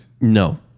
No